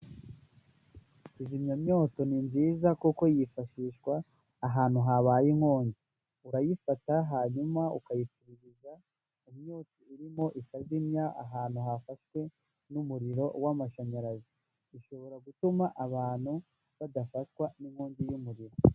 Kizimya myoto ni nziza kuko yifashishwa ahantu habaye inkongi, urayifata hanyuma ukayicururiza imyotsi urimo ikazimya ahantu hafashwe n'umuriro w'amashanyarazi, ishobora gutuma abantu badafatwa n'inkongi y'umuriro.